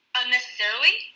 unnecessarily